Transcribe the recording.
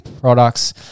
products